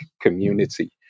community